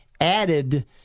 added